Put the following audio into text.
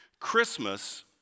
Christmas